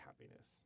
happiness